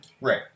Right